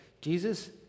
Jesus